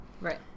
Right